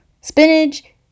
spinach